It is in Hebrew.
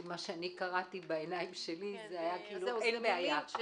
כי מה שאני קראתי בעיניים שלי זה כאילו אין בעיה.